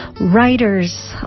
Writers